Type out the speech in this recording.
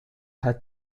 had